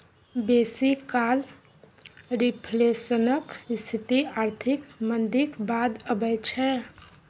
बेसी काल रिफ्लेशनक स्थिति आर्थिक मंदीक बाद अबै छै